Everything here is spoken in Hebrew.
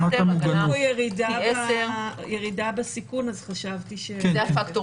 יש פה ירידה בסיכון, אז חשבתי שזה ההפך.